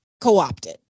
co-opted